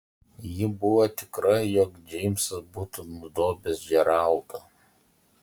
ji buvo tikra jog džeimsas būtų nudobęs džeraldą